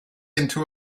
into